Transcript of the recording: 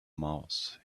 mouth